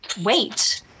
Wait